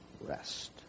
rest